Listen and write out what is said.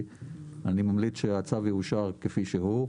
אני ממליץ שהצו יאושר כפי שהוא.